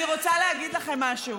את מעוררת את כולם ואת רוצה שהם לא ידברו?